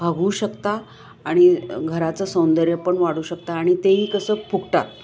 भागू शकता आणि घराचं सौंदर्य पण वाढू शकता आणि तेही कसं फुकटात